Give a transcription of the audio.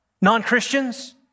non-Christians